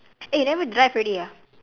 eh never drive already ah